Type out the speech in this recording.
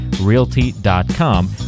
realty.com